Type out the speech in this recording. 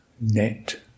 net